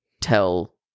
tell